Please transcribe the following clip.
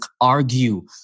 argue